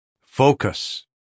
Focus